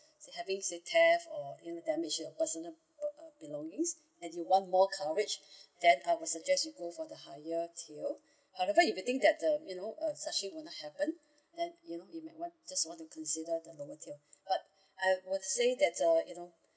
having say theft or you know damage your personal belongings and you want more coverage then I will suggest you go for the higher tier however if you think that uh you know uh such thing would not happen then you know you may just want to consider the lower tier but I will say that uh you know